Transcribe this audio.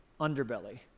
underbelly